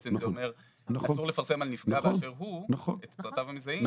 בעצם זה אומר שאסור לפרסם על נפגע באשר הוא את פרטיו המזהים,